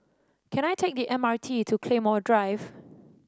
can I take the M R T to Claymore Drive